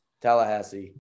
Tallahassee